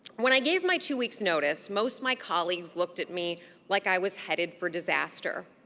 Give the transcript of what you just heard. when i gave my two weeks notice, most my colleagues looked at me like i was headed for disaster.